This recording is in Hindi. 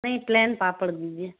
नहीं प्लेन पापड़ दीजिए